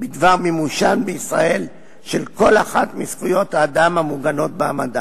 בדבר מימושן בישראל של כל אחת מזכויות האדם המוגנות באמנה.